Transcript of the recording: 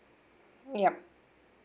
yup